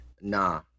nah